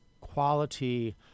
quality